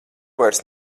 vairs